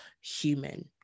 human